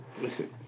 Listen